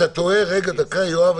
יואב.